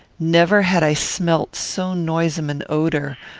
never had i smelt so noisome an odour,